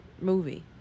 movie